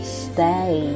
stay